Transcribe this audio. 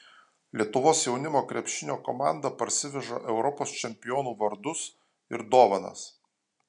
lietuvos jaunimo krepšinio komanda parsiveža europos čempionų vardus ir dovanas